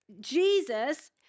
jesus